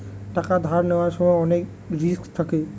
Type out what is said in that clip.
টাকা ধার নেওয়ার সময় অনেক রিস্ক থাকে